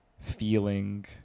feeling